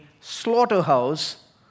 slaughterhouse